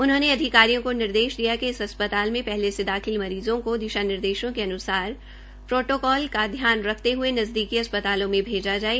उन्होंने अधिकारियों को निर्देश दिया कि इस अस्पताल में पहले से दाखिल मरीजों को दिशा निर्देशों के अनुसार प्रोटोकॉल का ध्यान रखते हुए नजदीकी अस्पतालों में भेजा जाये